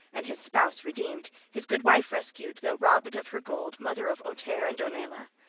and his spouse redeemed, his good wife rescued, though robbed of her gold, mother of ohtere and onela.